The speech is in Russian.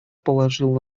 положил